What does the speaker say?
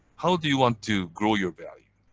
how do you want to grow your value.